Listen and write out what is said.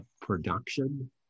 production